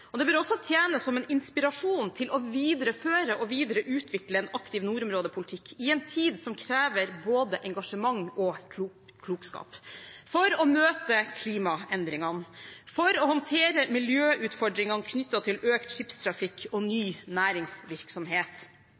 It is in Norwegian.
virker. Det bør også tjene som en inspirasjon til å videreføre og videreutvikle en aktiv nordområdepolitikk i en tid som krever både engasjement og klokskap for å møte klimaendringene, for å håndtere miljøutfordringene knyttet til økt skipstrafikk og ny næringsvirksomhet,